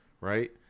Right